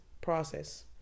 process